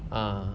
ah